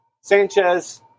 Sanchez